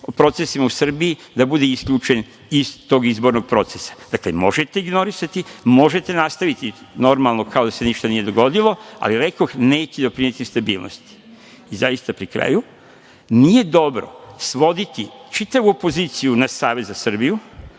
procesima u Srbiji, da bude isključen iz tog izbornog procesa. Dakle, možete ignorisati, možete nastaviti normalno kao da se ništa nije dogodilo, ali rekoh neće doprineti stabilnosti. Zaista, pri kraju, nije dobro svoditi čitavu opoziciju na Savez za Srbiju,